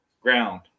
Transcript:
ground